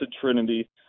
Trinity